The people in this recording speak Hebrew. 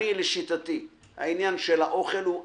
לשיטתי העניין של האוכל הוא "עבדאן".